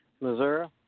Missouri